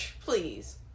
please